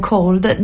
Cold